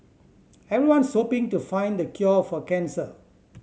everyone's hoping to find the cure for cancer